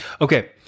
okay